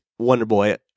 Wonderboy